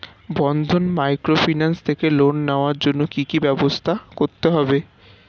বন্ধন microfinance থেকে loan নেওয়ার জন্য কি কি ব্যবস্থা করতে হবে?